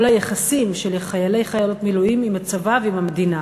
היחסים של חיילי-חיילות מילואים עם הצבא ועם המדינה.